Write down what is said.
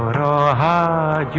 da